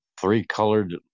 three-colored